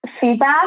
feedback